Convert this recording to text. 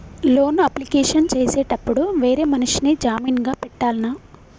Loan application చేసేటప్పుడు వేరే మనిషిని జామీన్ గా పెట్టాల్నా?